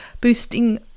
boosting